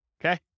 Okay